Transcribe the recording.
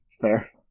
fair